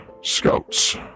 Scouts